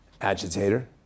agitator